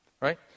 right